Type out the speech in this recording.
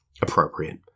appropriate